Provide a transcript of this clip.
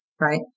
right